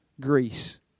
Greece